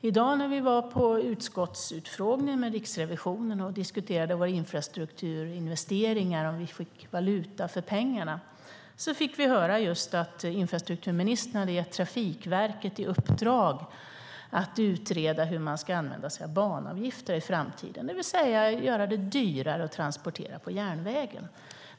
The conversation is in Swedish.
I dag när vi var på utskottsutfrågning med Riksrevisionen och diskuterade infrastrukturinvesteringar och om vi fick valuta för pengarna fick vi just höra att infrastrukturministern hade gett Trafikverket i uppdrag att utreda hur man ska använda sig av banavgifter i framtiden, det vill säga göra det dyrare att transportera på järnvägen.